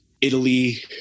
Italy